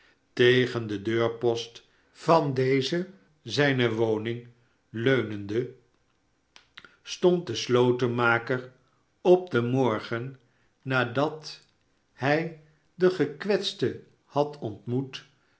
tegen den deurpost van deze zijne woning leunende stond de slotenmaker op den morgen nadat hij den gekwetste had ontmoet